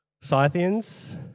Scythians